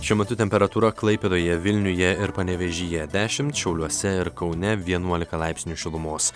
šiuo metu temperatūra klaipėdoje vilniuje ir panevėžyje dešimt šiauliuose ir kaune vienuolika laipsnių šilumos